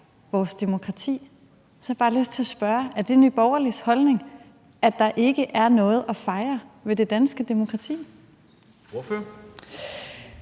vores demokrati. Så har jeg bare lyst til at spørge: Er det Nye Borgerliges holdning, at der ikke er noget at fejre ved det danske demokrati? Kl.